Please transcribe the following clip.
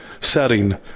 setting